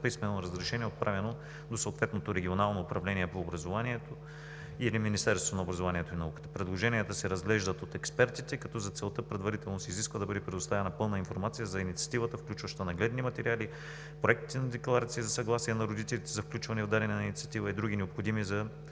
писмено разрешение, отправено до съответното регионално управление на образование или до Министерството на образованието и науката. Предложенията се разглеждат от експертите, като за целта се изисква предварително да бъде предоставена пълната информация за инициативата, включваща нагледните материали, проектите на декларации за съгласие на родителите за включване в дадена инициатива и други необходими за